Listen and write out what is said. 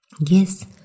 Yes